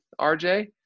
RJ